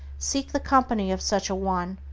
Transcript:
seek the company of such a one,